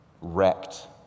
wrecked